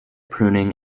pruning